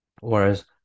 whereas